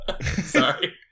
Sorry